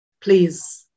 please